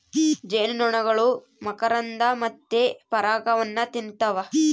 ಜೇನುನೊಣಗಳು ಮಕರಂದ ಮತ್ತೆ ಪರಾಗವನ್ನ ತಿನ್ನುತ್ತವ